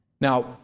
Now